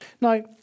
Now